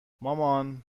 مامان